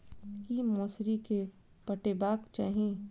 की मौसरी केँ पटेबाक चाहि?